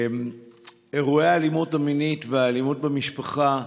אירועי האלימות המינית והאלימות במשפחה,